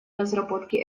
разработки